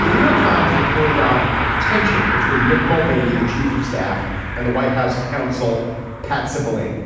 the new york times reported on tension between mick mulvaney the chief of staff and the white house counsel pat simple any